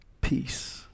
Peace